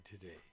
today